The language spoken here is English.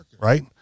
right